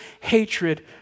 hatred